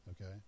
okay